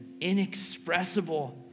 inexpressible